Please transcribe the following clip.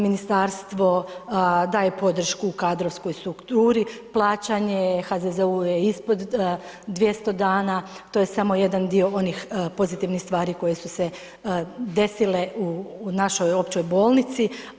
Ministarstvo daje podršku kadrovskoj strukturi, plaćanje HZZO-u je ispod 200 dana, to je samo jedan dio onih pozitivnih stvari koje su se desile u našoj općoj bolnici.